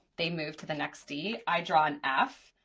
they move to the next d, i draw an f,